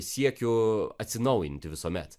siekiu atsinaujinti visuomet